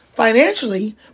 Financially